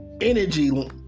energy